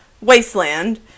wasteland